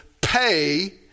pay